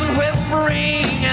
whispering